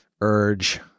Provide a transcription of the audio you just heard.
urge